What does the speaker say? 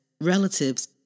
relatives